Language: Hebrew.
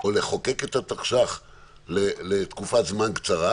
או לחוקק את התקש"ח לתקופת זמן קצרה,